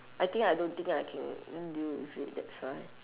I think I don't think I can deal with it that's why